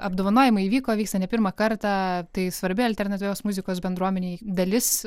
apdovanojimai vyko vyksta ne pirmą kartą tai svarbi alternatyvios muzikos bendruomenei dalis